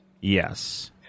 yes